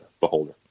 beholder